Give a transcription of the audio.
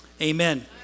amen